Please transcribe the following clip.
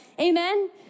Amen